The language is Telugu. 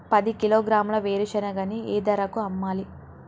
పది కిలోగ్రాముల వేరుశనగని ఏ ధరకు అమ్మాలి?